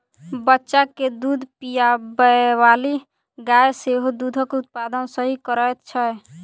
बच्चा के दूध पिआबैबाली गाय सेहो दूधक उत्पादन सही करैत छै